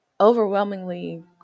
overwhelmingly